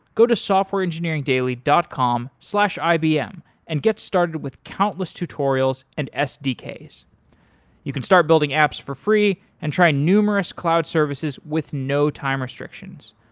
go to softwareengineeringdaily dot com slash ibm and get started with countless tutorials and sdk's. you can start building apps for free and try numerous cloud services with no time restrictions.